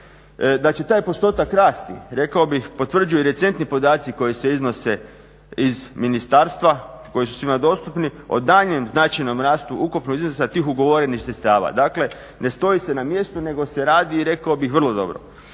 Da će taj postotak rasti, rekao bih potvrđuju recentni podaci koji se iznose iz ministarstva, koji su svima dostupni, o daljnjem značajnom rastu ukupnog iznosa tih ugovorenih sredstava. Dakle, ne stoji se na mjestu nego se radi i rekao bih vrlo dobro.